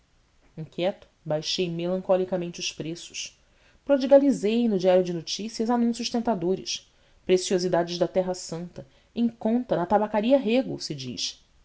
inquieto baixei melancolicamente os preços prodigalizei no diário de notícias anúncios tentadores preciosidades da terra santa em conto na tabacaria rego se diz